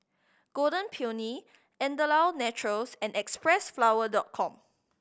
Golden Peony Andalou Naturals and Xpressflower Dot Com